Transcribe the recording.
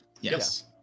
Yes